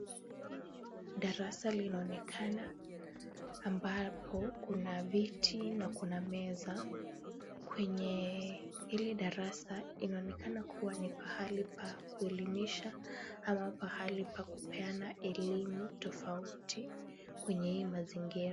Darasa linaonekana ambapo kuna viti na kuna meza. Kwenye hili darasa inaonekana kuwa ni pahali pa kuelimisha ama pahali pa kupeana elimu tofauti kwenye hii mazingira.